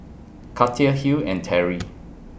Katia Hill and Terry